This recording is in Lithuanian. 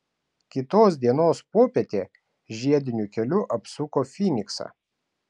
kitos dienos popietę žiediniu keliu apsuko fyniksą